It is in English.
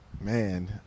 Man